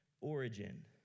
origin